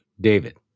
David